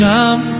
Come